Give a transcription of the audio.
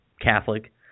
Catholic